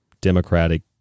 democratic